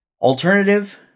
alternative